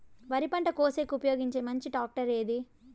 వరి పంట కోసేకి ఉపయోగించే మంచి టాక్టర్ ఏది?